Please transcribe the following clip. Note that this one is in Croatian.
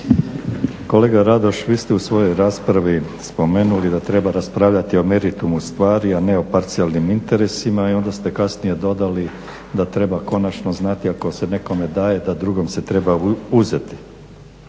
Kolega Radoš vi ste u svojoj raspravi spomenuli da treba raspravljati o meritumu stvari, a ne o parcijalnim interesima i onda ste kasnije dodali da treba konačno znati ako se nekome daje da drugom se treba uzeti.